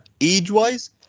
Age-wise